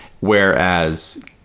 Whereas